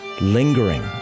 lingering